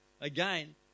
again